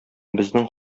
безнең